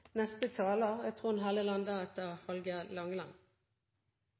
Neste taler er